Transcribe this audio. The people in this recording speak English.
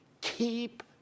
Keep